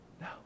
No